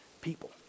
people